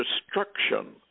destruction